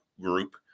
group